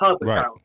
Right